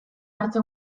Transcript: arte